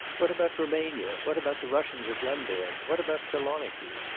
what about rumania? what about the russians at lemberg? what about saloniki?